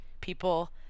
people